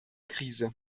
krise